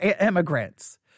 immigrants